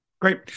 Great